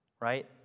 Right